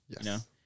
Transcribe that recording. Yes